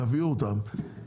תביאו אותם,